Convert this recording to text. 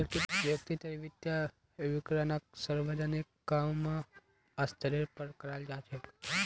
व्यक्तिर वित्तीय विवरणक सार्वजनिक क म स्तरेर पर कराल जा छेक